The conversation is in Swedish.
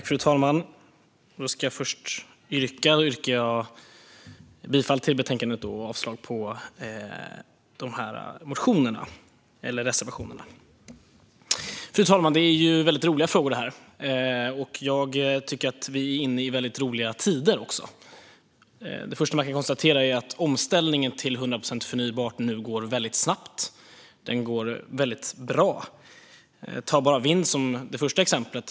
Fru talman! Jag yrkar bifall till förslaget i betänkandet och avslag på reservationerna. Fru talman! Det här är väldigt roliga frågor. Vi är också inne i väldigt roliga tider. Det första som man kan konstatera är att omställningen till 100 procent förnybart nu går väldigt snabbt, och den går väldigt bra. Ta bara vind som det första exemplet.